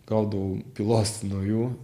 gaudavau pylos nuo jų